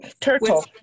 Turtle